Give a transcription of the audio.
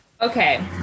Okay